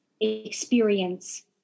experience